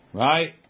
right